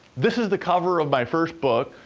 this is the cover of my first book.